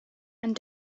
and